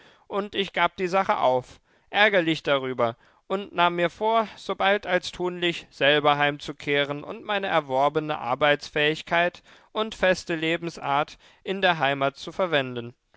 und ich gab die sache auf ärgerlich darüber und nahm mir vor sobald als tunlich selber heimzukehren und meine erworbene arbeitsfähigkeit und feste lebensart in der heimat zu verwenden